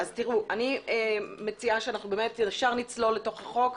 אני מציעה שנצלול לתוך החוק.